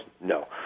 No